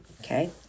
Okay